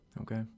okay